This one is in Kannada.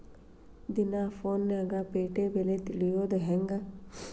ದಿನಾ ಫೋನ್ಯಾಗ್ ಪೇಟೆ ಬೆಲೆ ತಿಳಿಯೋದ್ ಹೆಂಗ್?